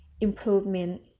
improvement